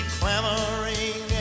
clamoring